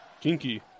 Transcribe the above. Kinky